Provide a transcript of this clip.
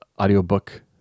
audiobook